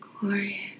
glorious